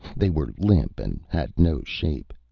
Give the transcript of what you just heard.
they were limp and had no shape.